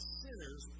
sinners